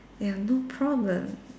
ya no problem